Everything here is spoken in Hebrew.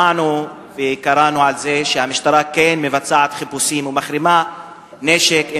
שמענו וקראנו על זה שהמשטרה כן מבצעת חיפושים ומחרימה נשק,